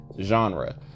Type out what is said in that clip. genre